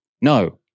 No